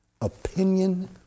opinion